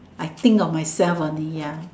I think of myself only ya